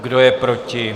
Kdo je proti?